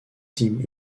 tim